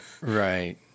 Right